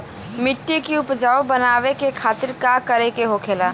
मिट्टी की उपजाऊ बनाने के खातिर का करके होखेला?